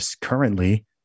currently